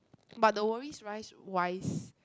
but the worries rise wise